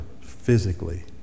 physically